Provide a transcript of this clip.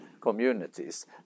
communities